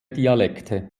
dialekte